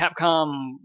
Capcom